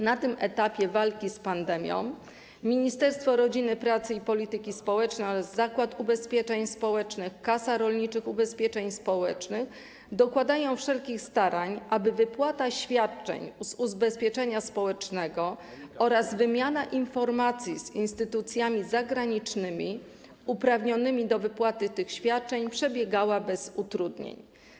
Na tym etapie walki z pandemią Ministerstwo Rodziny, Pracy i Polityki Społecznej, Zakład Ubezpieczeń Społecznych oraz Kasa Rolniczego Ubezpieczenia Społecznego dokładają wszelkich starań, aby wypłata świadczeń z ubezpieczenia społecznego oraz wymiana informacji z instytucjami zagranicznymi uprawnionymi do wypłaty tych świadczeń przebiegały bez utrudnień.